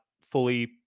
fully